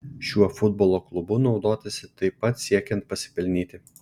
šiuo futbolo klubu naudotasi taip pat siekiant pasipelnyti